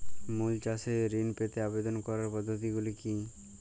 ফুল চাষে ঋণ পেতে আবেদন করার পদ্ধতিগুলি কী?